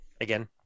again